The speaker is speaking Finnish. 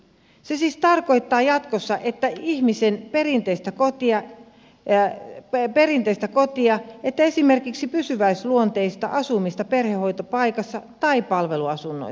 se siis tarkoittaa jatkossa ihmisen perinteistä kotia jää ja perinteistä koti ja esimerkiksi pysyväisluonteista asumista perhehoitopaikassa tai palveluasunnossa